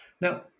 Now